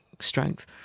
strength